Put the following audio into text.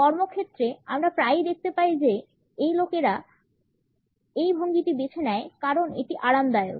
কর্মক্ষেত্রে আমরা প্রায়ই দেখতে পাই যে লোকেরা এই ভঙ্গিটি বেছে নেয় কারণ এটি আরামদায়ক